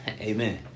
Amen